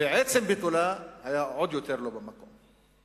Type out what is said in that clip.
ועצם ביטולה היה עוד יותר לא במקום.